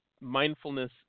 mindfulness